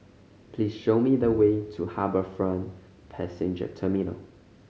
please show me the way to HarbourFront Passenger Terminal